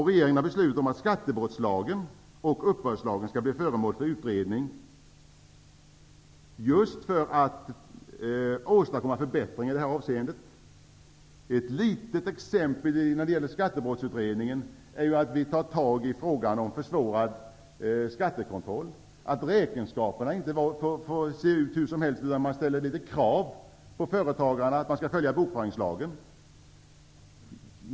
Regeringen har beslutat att skattebrottslagen och uppbördslagen skall bli föremål för utredning; just för att åstadkomma förbättringar på det här området. Ett exempel när det gäller skattebrottsutredningen är att vi tar tag i frågan om försvårad skattekontroll; att räkenskaperna inte får se ut hur som helst, utan att man ställer krav på företagarna att följa bokföringslagen.